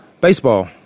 Baseball